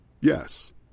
Yes